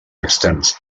externs